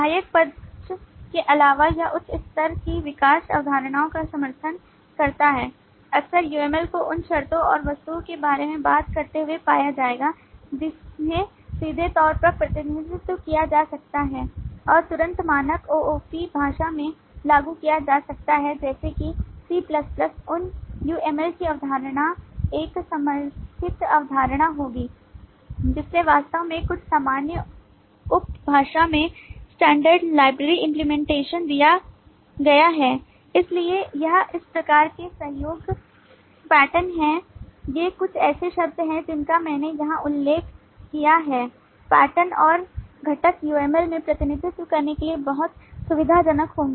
सहायक पक्ष के अलावा यह उच्च स्तर की विकास अवधारणाओं का समर्थन करता है अक्सर UML को उन शर्तों और वस्तुओं के बारे में बात करते हुए पाया जाएगा जिन्हें सीधे तौर पर प्रतिनिधित्व किया जा सकता है और तुरंत मानक OOP भाषा में लागू किया जा सकता है जैसे सी C उन यूएमएल की अवधारणा एक समर्थित अवधारणा होगी जिसमे वास्तव में कुछ सामान्य OOP भाषाओं में standard library implementation दिया गया है इसलिए यह इस प्रकार के सहयोग पैटर्न हैं ये कुछ ऐसे शब्द हैं जिनका मैंने यहां उल्लेख किया है पैटर्न और घटक UML में प्रतिनिधित्व करने के लिए बहुत सुविधाजनक होंगे